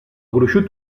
gruixut